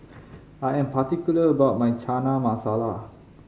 I am particular about my Chana Masala